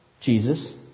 Jesus